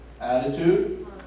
Attitude